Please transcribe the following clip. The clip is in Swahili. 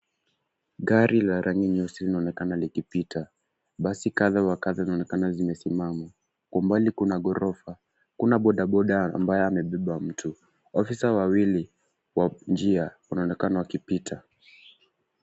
Gari la rangi nyeusi linaonekana likipita. Basi kadha wa kadha zinaonekana zimesimama. Kwa mbali kuna gorofa. Kuna bodaboda ambaye amebeba mtu. Ofisa wawili wa njia wanaonekana wakipita.